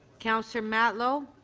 councillor matlow.